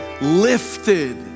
lifted